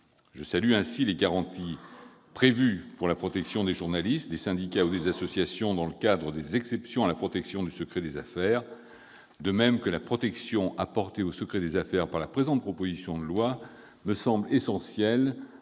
Je salue ainsi les garanties prévues pour la protection des journalistes, des syndicats ou des associations, dans le cadre des exceptions à la protection du secret des affaires. De même, la protection apportée au secret des affaires par la présente proposition de loi me semble essentielle,